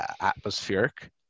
atmospheric